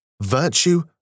virtue